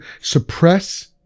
suppress